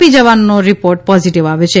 પી જવાનોનો report positive આવ્યો છે